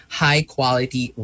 high-quality